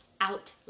out